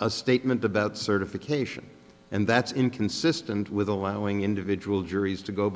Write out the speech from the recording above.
a statement about certification and that's inconsistent with allowing individual juries to go